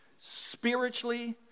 spiritually